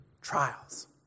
Trials